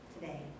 today